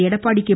Edappadi K